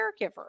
caregiver